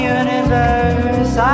universe